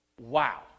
Wow